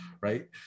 right